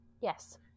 Yes